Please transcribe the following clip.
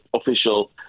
official